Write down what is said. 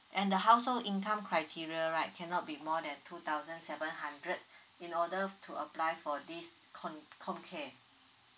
and the household income criteria cannot be more than two thousand seven hundred in order for to apply for this comm comm care